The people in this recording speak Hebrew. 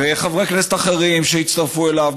וחברי כנסת אחרים שהצטרפו אליו,